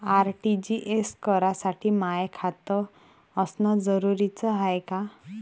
RTGS करासाठी माय खात असनं जरुरीच हाय का?